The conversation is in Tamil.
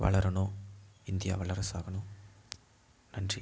வளரவேணும் இந்தியா வல்லரசு ஆகணும் நன்றி